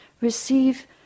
receive